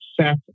set